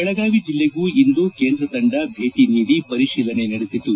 ಬೆಳಗಾವಿ ಜಲ್ಲೆಗೂ ಇಂದು ಕೇಂದ್ರ ತಂಡ ಭೇಟಿ ನೀಡಿ ಪರಿತೀಲನೆ ನಡೆಸಿತು